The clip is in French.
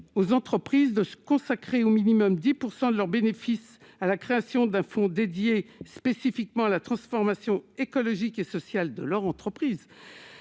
aux entreprises de se consacrer au minimum 10 % de leurs bénéfices à la création d'un fonds dédié spécifiquement la transformation écologique et social de leur entreprise